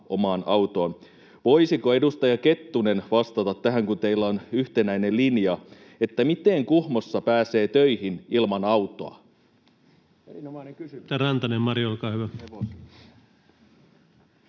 omaan autoon.” Voisiko edustaja Kettunen vastata tähän, kun teillä on yhtenäinen linja, että miten Kuhmossa pääsee töihin ilman autoa?